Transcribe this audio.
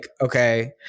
okay –